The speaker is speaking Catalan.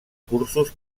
cursos